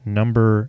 number